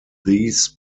these